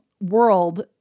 world